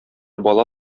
бала